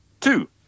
two